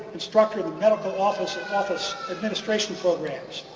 instructor of the medical office and office administration programs,